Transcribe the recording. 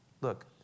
look